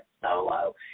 solo